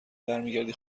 برمیگردی